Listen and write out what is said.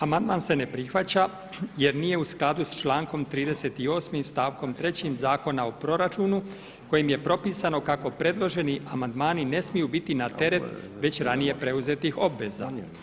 Amandman se ne prihvaća jer nije u skladu sa člankom 38. stavkom 3. Zakona o proračunu kojim je propisano kako predloženi amandmani ne smiju biti na teret već ranije preuzetih obveza.